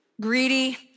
greedy